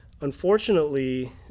Unfortunately